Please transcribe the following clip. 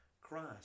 Christ